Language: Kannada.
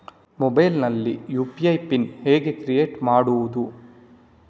ಮೊಬೈಲ್ ನಲ್ಲಿ ಯು.ಪಿ.ಐ ಪಿನ್ ಹೇಗೆ ಕ್ರಿಯೇಟ್ ಮಾಡುವುದು?